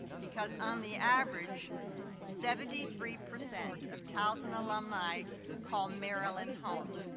because on the average seventy three percent of towson alumni call maryland home,